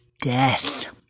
death